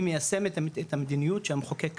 היא מיישמת את המדיניות שהמחוקק קבע,